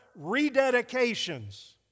rededications